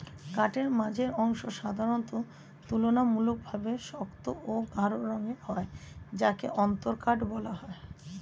কাঠের মাঝের অংশ সাধারণত তুলনামূলকভাবে শক্ত ও গাঢ় রঙের হয় যাকে অন্তরকাঠ বলা হয়